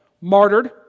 martyred